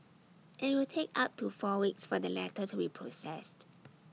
IT will take up to four weeks for the letter to be processed